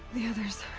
the others.